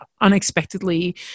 unexpectedly